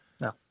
No